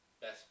best